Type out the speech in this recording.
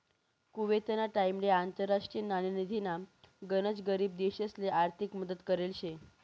कुवेतना टाइमले आंतरराष्ट्रीय नाणेनिधीनी गनच गरीब देशसले आर्थिक मदत करेल शे